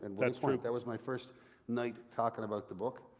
that's true. that was my first night talking about the book,